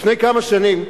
לפני כמה שנים,